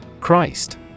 Christ